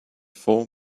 four